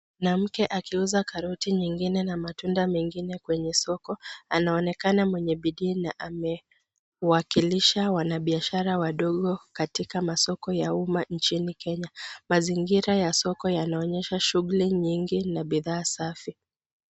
Mwanamke akiuza karoti nyingine na matunda mengine kwenye soko. Anaonekana mwenye bidii na akiwakilisha wanabiashara wadogo katika masoko ya uma nchini kenya. Mazingira ya soko yanaonyesha shughuli nyingi na bidhaa safi.